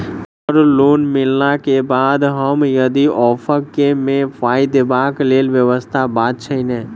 Sir loan मिलला केँ बाद हम यदि ऑफक केँ मे पाई देबाक लैल व्यवस्था बात छैय नै?